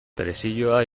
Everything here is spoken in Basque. presioa